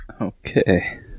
Okay